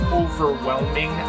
overwhelming